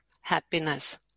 happiness